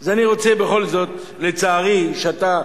אני רוצה בכל זאת, לצערי אתה,